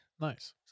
Nice